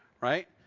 right